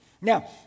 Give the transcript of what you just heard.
Now